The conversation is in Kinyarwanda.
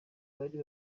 bari